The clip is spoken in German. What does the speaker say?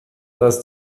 dass